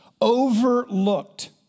overlooked